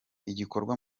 igikorwa